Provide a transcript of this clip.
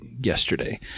yesterday